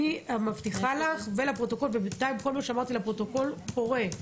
אני מבטיחה לך ובינתיים כל מה שאמרתי לפרוטוקול קורה.